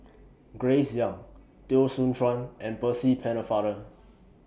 Grace Young Teo Soon Chuan and Percy Pennefather